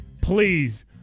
please